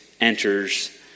enters